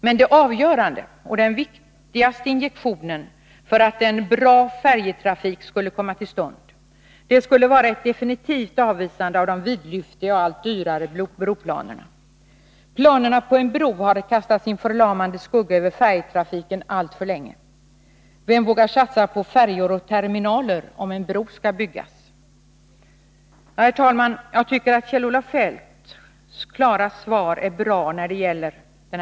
Men det avgörande och den viktigaste injektionen för att en bra färjetrafik skall komma till stånd skulle vara ett definitivt avvisande av de vidlyftiga och allt dyrare broplanerna. Planerna på en bro har kastat sin förlamande skugga över färjetrafiken alltför länge. Vem vågar satsa på färjor och terminaler om en bro skall byggas? Herr talman! Jag tycker att Kjell-Olof Feldts klara svar i den här frågan är bra.